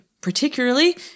particularly